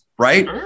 right